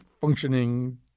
functioning